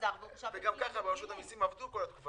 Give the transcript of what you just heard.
גם ככה ברשות המיסים עבדו כל התקופה.